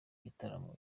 gitaramo